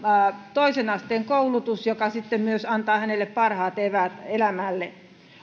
toisen asteen koulutus joka sitten myös antaa hänelle parhaat eväät elämälle